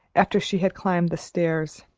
after she had climbed the stairs.